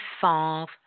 solve